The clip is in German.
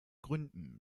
gründen